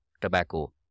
tobacco